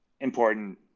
important –